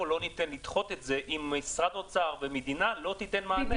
לא ניתן לדחות את זה אם משרד האוצר והמדינה לא יתנו מענה.